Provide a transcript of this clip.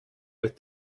with